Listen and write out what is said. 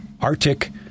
Arctic